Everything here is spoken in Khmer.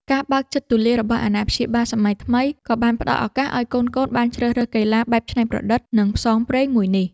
ការបើកចិត្តទូលាយរបស់អាណាព្យាបាលសម័យថ្មី ក៏បានផ្ដល់ឱកាសឱ្យកូនៗបានជ្រើសរើសកីឡាបែបច្នៃប្រឌិត និងផ្សងព្រេងមួយនេះ។